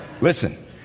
Listen